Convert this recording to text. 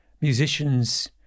musicians